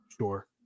Sure